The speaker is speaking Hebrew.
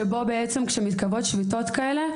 שבו בעצם בשביתות כאלו,